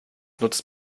nutzt